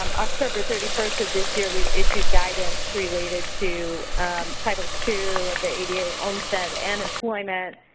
um october thirty first of this year we issued guidance related to title two of the ada olmstead and employment.